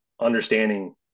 understanding